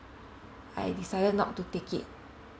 I decided not to take it